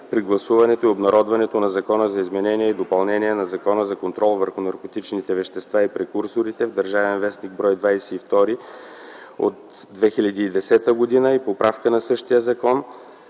при гласуването и обнародването на Закона за изменение и допълнение на Закона за контрол върху наркотичните вещества и прекурсорите в „Държавен вестник”, бр. 22 от 2010 г. и поправка на същия закон